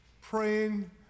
praying